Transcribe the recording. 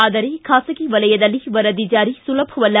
ಆದರೆ ಖಾಸಗಿ ವಲಯದಲ್ಲಿ ವರದಿ ಜಾರಿ ಸುಲಭವಲ್ಲ